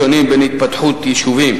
במקום מרוחק יחסית ממרכזי אוכלוסייה,